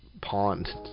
pond